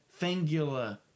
Fangula